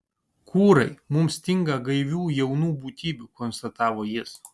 kūrai mums stinga gaivių jaunų būtybių konstatavo jis